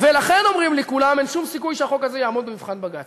ולכן אומרים לי כולם: אין שום סיכוי שהחוק הזה יעמוד במבחן בג"ץ.